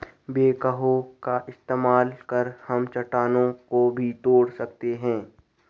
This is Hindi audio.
बैकहो का इस्तेमाल कर हम चट्टानों को भी तोड़ सकते हैं